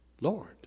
Lord